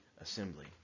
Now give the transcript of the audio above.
assembly